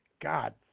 God